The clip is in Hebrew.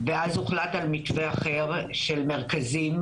ואז הוחלט על מתווה אחר של מרכזים